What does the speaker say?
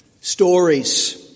stories